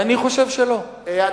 ואני חושב שלא.